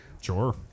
Sure